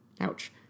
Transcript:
Ouch